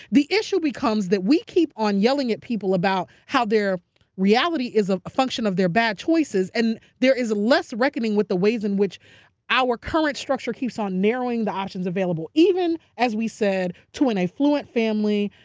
the issue becomes that we keep on yelling at people about how their reality is a function of their bad choices, and there is less reckoning with the ways in which our current structure keeps on narrowing the options available. even as we said to an affluent family,